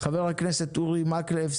חבר הכנסת אורי מקלב,